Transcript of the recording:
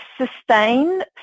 sustain